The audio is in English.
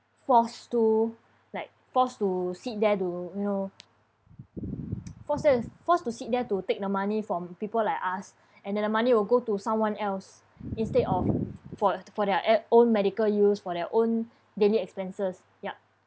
forced to like forced to sit there to you know forced there forced to sit there to take the money from people like us and then the money will go to someone else instead of for for their a~ own medical use for their own daily expenses yup